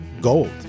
gold